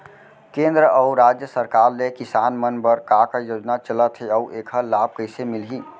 केंद्र अऊ राज्य सरकार ले किसान मन बर का का योजना चलत हे अऊ एखर लाभ कइसे मिलही?